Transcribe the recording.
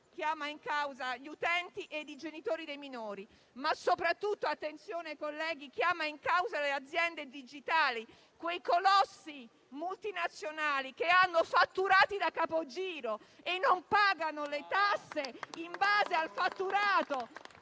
chiama in causa gli utenti e i genitori dei minori, ma soprattutto - attenzione, colleghi - chiama in causa le aziende digitali, quei colossi multinazionali che hanno fatturati da capogiro e non pagano le tasse in base al fatturato.